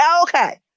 Okay